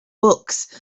books